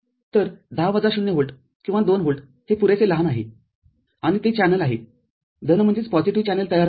तर१० वजा ० व्होल्ट किंवा २ व्होल्ट हे पुरेसे लहान आहे आणि ते चॅनेल आहे धन चॅनेल तयार झाले आहे